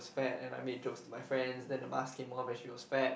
is fat and I made jokes to my friends then the mask came off and she was fat